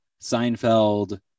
Seinfeld